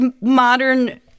modern